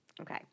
okay